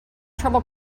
trouble